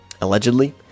allegedly